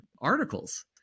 articles